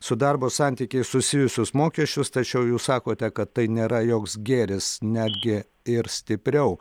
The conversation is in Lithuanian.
su darbo santykiais susijusius mokesčius tačiau jūs sakote kad tai nėra joks gėris netgi ir stipriau